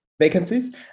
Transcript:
vacancies